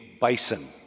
bison